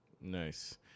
Nice